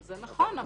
זה נכון,